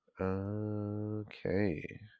Okay